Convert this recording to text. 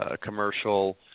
commercial